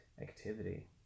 activity